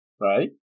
Right